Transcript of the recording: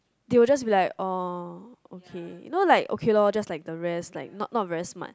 they will just be like orh okay you know like okay lor just like the rest like not not very smart